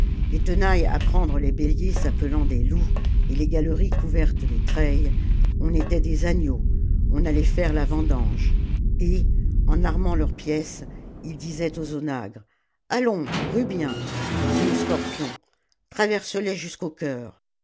les tenailles à prendre les béliers s'appelant des loups et les galeries couvertes des treilles on était des agneaux on allait faire la vendange et en armant leurs pièces ils disaient aux onagres allons rue bien et aux scorpions traverseles jusqu'au cœur